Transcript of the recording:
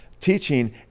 teaching